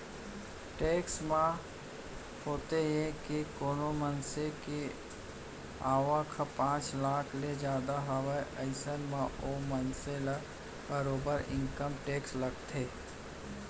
tax म होथे ये के कोनो मनसे के आवक ह पांच लाख ले जादा हावय अइसन म ओ मनसे ल बरोबर इनकम टेक्स लगथे